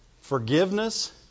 Forgiveness